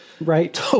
right